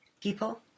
People